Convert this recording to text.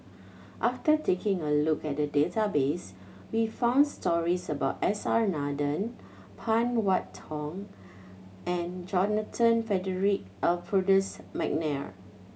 after taking a look at the database we found stories about S R Nathan Phan Wait Hong and Johnathan Frederick Adolphus McNair